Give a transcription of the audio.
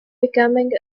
becoming